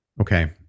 okay